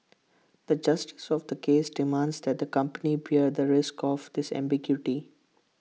the justice of the case demands that the company bear the risk of this ambiguity